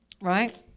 right